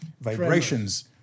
vibrations